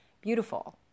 beautiful